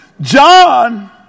John